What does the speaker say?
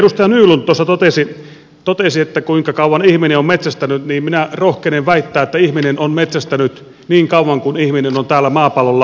edustaja nylund tuossa totesi kuinka kauan ihminen on metsästänut niin minä rohkenen väittää että ihminen on metsästänyt niin kauan kuin ihminen on täällä maapallolla elänyt